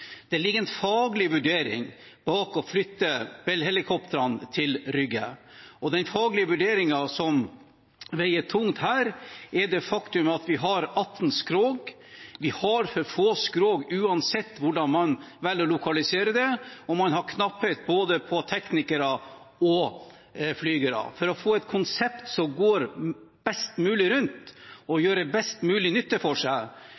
Det ligger en faglig vurdering bak å flytte Bell-helikoptrene til Rygge, og den faglige vurderingen som veier tungt her, er det faktum at vi har 18 skrog, vi har for få skrog uansett hvordan man velger å lokalisere det, og man har knapphet på både teknikere og flygere. For å få et konsept som går best mulig rundt og gjør best mulig nytte for seg,